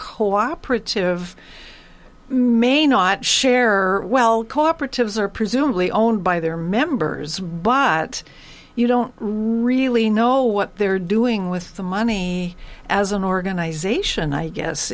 co operative may not share well cooperatives are presumably owned by their members but you don't really know what they're doing with the money as an organization i guess